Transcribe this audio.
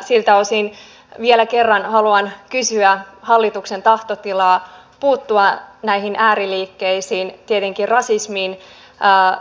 siltä osin vielä kerran haluan kysyä hallituksen tahtotilaa puuttua näihin ääriliikkeisiin tietenkin rasismiin